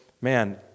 man